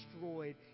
destroyed